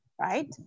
right